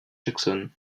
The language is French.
jackson